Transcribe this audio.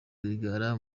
rwigara